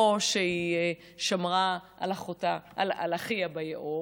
או שהיא שמרה על אחיה ביאור,